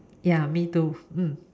ya me too mm